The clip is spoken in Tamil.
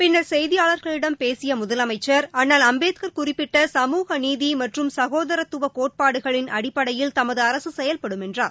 பின்னர் செய்தியாளர்களிடம் பேசிய முதலமைச்சர் அண்ணல் அம்பேத்கர் குறிப்பிட்ட சமூகநீதி மற்றும் சகோதரத்துவ கோட்பாடுகள் அடிப்படையில் தமது அரசு செயல்படும் என்றார்